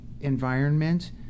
environment